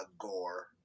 Gore